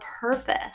purpose